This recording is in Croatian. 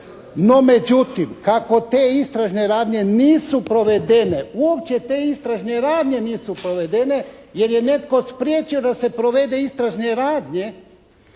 No, međutim, kako te istražne radnje nisu provedene, uopće te istražne radnje nisu provedene jer je netko spriječio da se provede istražne radnje,